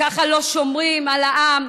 ככה לא שומרים על העם,